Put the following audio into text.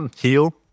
heal